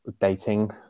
dating